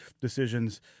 decisions